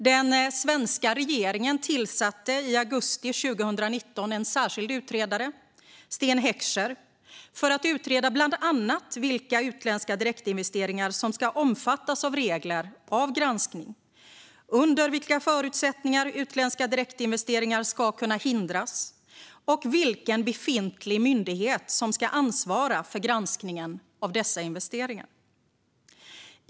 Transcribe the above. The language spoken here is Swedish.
Den svenska regeringen tillsatte i augusti 2019 en särskild utredare, Sten Heckscher, för att utreda bland annat vilka utländska direktinvesteringar som ska omfattas av regler om granskning, under vilka förutsättningar utländska direktinvesteringar ska kunna hindras och vilken befintlig myndighet som ska ansvara för granskningen av dessa investeringar.